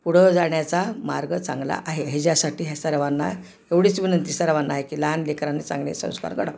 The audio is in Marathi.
पुढं जाण्याचा मार्ग चांगला आहे याच्यासाठी हे सर्वांना एवढीच विनंती सर्वाना आहे की लहान लेकरांनी चांगले संस्कार घडावेत